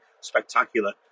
spectacular